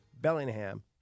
bellingham